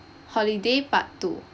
holiday part two